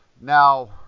Now